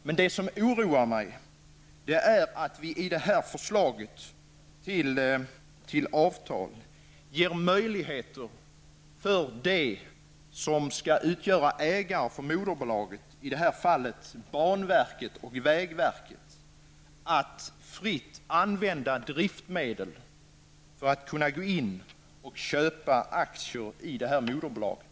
Men det som oroar mig är att vi i förslaget till avtal ger möjligheter för dem som skall vara ägare till moderbolaget, i det här fallet banverket och vägverket, att fritt använda driftmedel för att köpa aktier i moderbolaget.